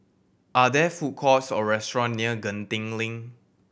are there food courts or restaurant near Genting Link